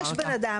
יש בן אדם ספציפי.